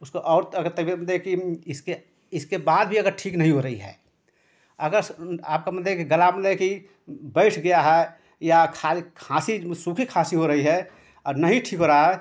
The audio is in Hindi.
उसको और अगर तबियत मतलब कि इसके इसके बाद भी अगर ठीक नहीं हो रही है अगर आपका मतलब कि गला मतलब कि बैठ गया है या खाली खाँसी सूखी खाँसी हो रही है और नहीं ठीक हो रही है